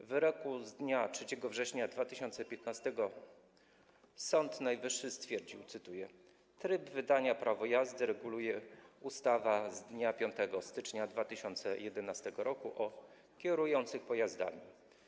W wyroku z dnia 3 września 2015 r. Sąd Najwyższy stwierdził, cytuję: Tryb wydania prawa jazdy reguluje ustawa z dnia 5 stycznia 2011 r. o kierujących pojazdami.